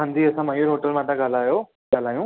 हांजी असां मयूर होटल मां था ॻाल्हायो ॻाल्हायूं